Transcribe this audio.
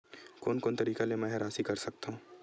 कोन कोन तरीका ले मै ह राशि कर सकथव?